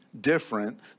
different